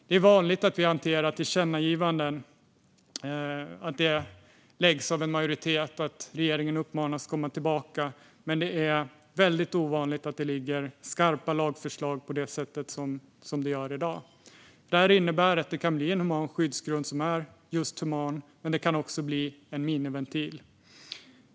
Det är vanligt att vi hanterar tillkännagivanden som läggs av en majoritet och att regeringen uppmanas att komma tillbaka till riksdagen. Men det är väldigt ovanligt att det ligger skarpa lagförslag på det sätt som det gör i dag. Det här innebär att det kan bli en human skyddsgrund som är just human. Men det kan också bli en miniventil.